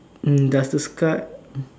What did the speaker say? mm does the sky